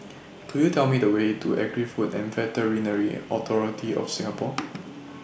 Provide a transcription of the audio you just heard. Could YOU Tell Me The Way to Agri Food and Veterinary Authority of Singapore